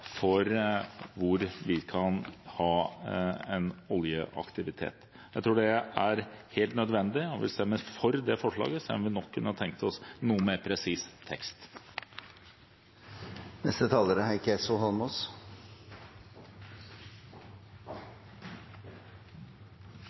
for hvor vi kan ha oljeaktivitet. Jeg tror det er helt nødvendig, og vi vil stemme for det forslaget, selv om vi kunne tenkt oss en noe mer presis